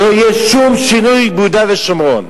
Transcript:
לא יהיה שום שינוי ביהודה ושומרון,